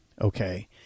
Okay